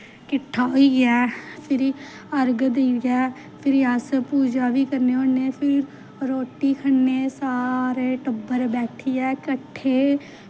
किट्ठा होइया फिरी अर्घ देइयै फिरी अस पूज़ा बी करने होन्ने फिरी रोट्टी खन्ने सारा टब्बर बैठियै कट्ठे